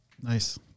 Nice